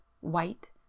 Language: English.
White